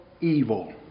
evil